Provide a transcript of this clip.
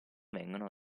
vengono